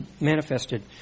manifested